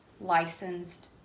licensed